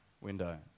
window